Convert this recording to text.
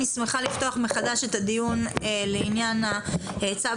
אני שמחה לפתוח מחדש את הדיון בעניין צו